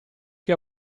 che